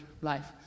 life